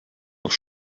auch